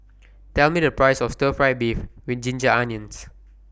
Tell Me The Price of Stir Fry Beef with Ginger Onions